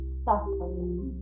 suffering